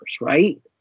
right